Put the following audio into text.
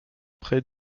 près